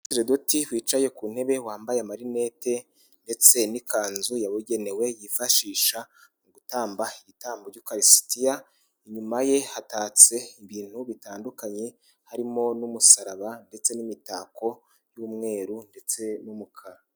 Umusaserodoti wicaye ku ntebe, wambaye amarinete ndetse n'ikanzu yabugenewe yifashisha mu gutamba igitambo cy'ikarisitiya, inyuma ye hatatse ibintu bitandukanye harimo n'umusaraba, ndetse n'imitako y'umweru ndetse n'umukara.